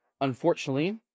Unfortunately